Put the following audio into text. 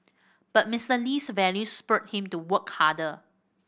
but Mister Lee's values spurred him to work harder